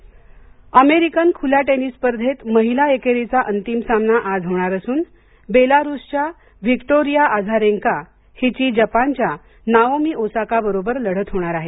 tennis American खुल्या टेनिस स्पर्धेत महिला एकेरीचा अंतिम सामना आज होणार असून बेलारूसच्या व्हिक्टोरिया अझारेन्का हिची जपानच्या नाओमी ओसाका बरोबर लढत होणार आहे